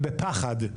בפחד.